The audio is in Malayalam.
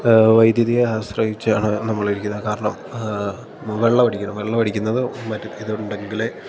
വൈദ്യുതിയെ ആശ്രയിച്ചാണ് നമ്മളിരിക്കുന്നത് കാരണം വെള്ളമടിക്കണം വെള്ളമടിക്കുന്നത് മറ്റേ ഇതുണ്ടെങ്കിലേ